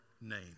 name